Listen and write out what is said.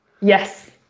yes